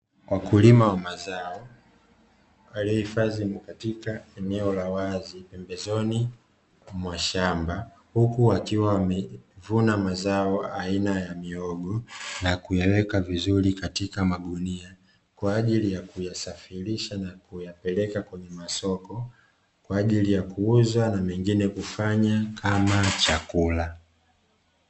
wakulima wa mazao waliohifadhi katika eneo la wazi pembezoni mwa shamba, huku wakiwa wamevuna mazao aina ya mihogo na kuyaweka vizuri katika magunia kwa ajili ya kuyasafirisha na kuyapeleka kwenye masoko, kwa ajili ya kuuza na mengine kufanya kama chakula.